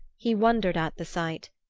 he wondered at the sight,